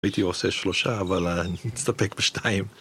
הייתי עושה שלושה אבל אני מסתפק בשתיים